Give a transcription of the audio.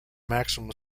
maximum